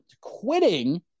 quitting